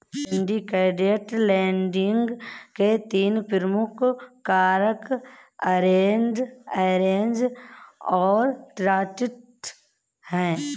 syndicated lending के तीन प्रमुख कारक अरेंज्ड, एजेंट और ट्रस्टी हैं